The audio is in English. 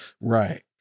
right